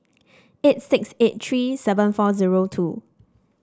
eight six eight three seven four zero two